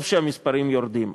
טוב שהמספרים יורדים,